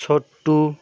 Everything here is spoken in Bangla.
ছোট্টু